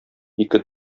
ике